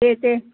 दे दे